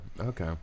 okay